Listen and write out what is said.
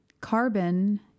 carbon